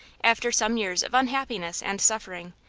after some years of unhappiness and suffering,